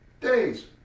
days